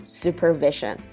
supervision